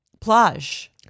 Plage